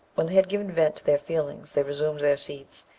when they had given vent to their feelings, they resumed their seats,